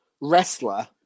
wrestler